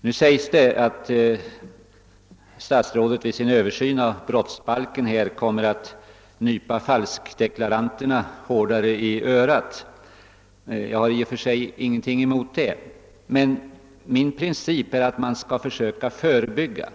Vi får nu det beskedet att statsrådet i sin översyn av brottsbalken kommer att nypa falskdeklaranterna hårdare i örat. Jag har i och för sig inget mot detta, men min princip är att man skall försöka förebygga